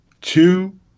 two